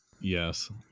Yes